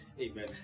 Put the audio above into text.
Amen